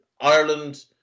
ireland